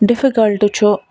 difficult چھُ